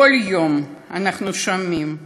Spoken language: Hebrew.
בכל יום אנחנו שומעים